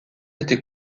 été